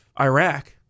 Iraq